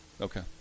Okay